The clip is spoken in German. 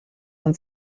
und